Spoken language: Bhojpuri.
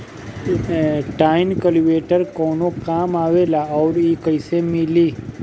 टाइन कल्टीवेटर कवने काम आवेला आउर इ कैसे मिली?